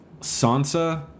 Sansa